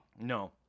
no